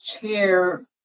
chair